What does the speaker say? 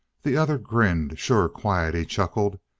the other grinned. sure quiet, he chuckled.